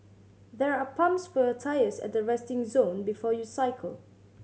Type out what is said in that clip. there are pumps for your tyres at the resting zone before you cycle